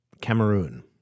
Cameroon